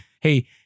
Hey